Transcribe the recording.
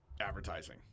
advertising